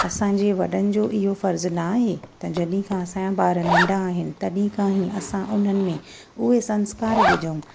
असांजे वॾनि जो इहो फ़र्जु न आहे त जॾहिं खां असांजा ॿार नंढा आहिनि तॾहिं खां ई असां उन्हनि में उहे संस्कारु विझूं